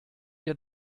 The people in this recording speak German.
ihr